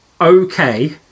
okay